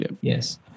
yes